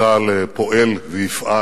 צה"ל פועל ויפעל